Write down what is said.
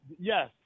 yes